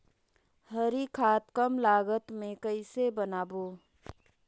हरी खाद कम लागत मे कइसे बनाबो?